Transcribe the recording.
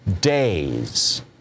days